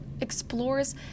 explores